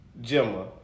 Gemma